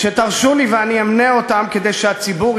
שגם אותו קיבלת בחסד מהציבור,